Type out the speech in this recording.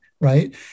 right